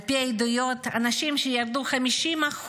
על פי העדויות, אנשים ירדו 50%,